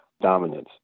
dominance